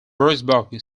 roxburgh